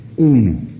Uno